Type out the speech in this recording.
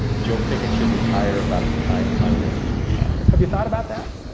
joe pickett should retire about the time i'm ready to retire. have you thought about that?